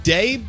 Day